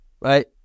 right